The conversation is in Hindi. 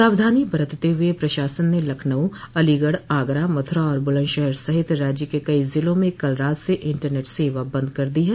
सावधानी बरतते हुए प्रशासन ने लखनऊ अलीगढ़ आगरा मथुरा और बुलंदशहर सहित राज्य के कई जिलों में कल रात से इंटरनेट सेवा बंद कर दी है